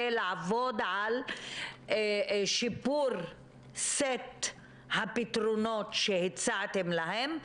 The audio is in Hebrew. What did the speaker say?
ולעבוד על שיפור סט הפתרונות שהצעתם להם,